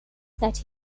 that